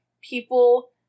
people